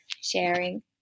sharing